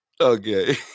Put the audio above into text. okay